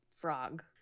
frog